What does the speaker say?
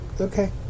okay